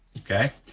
okay,